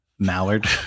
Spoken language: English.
Mallard